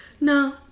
No